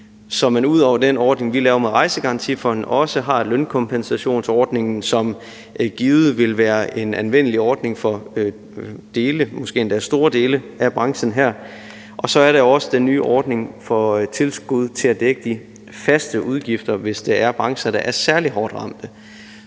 Så ud over den ordning, vi laver med Rejsegarantifonden, er der også lønkompensationsordningen, som givet vil være en anvendelig ordning for dele og måske endda store dele af branchen her, og så er der også den nye ordning for tilskud til at dække de faste udgifter, hvis der er brancher, der er særlig hårdt ramt.